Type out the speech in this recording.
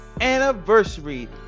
anniversary